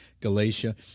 Galatia